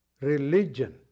Religion